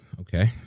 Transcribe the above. okay